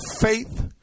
faith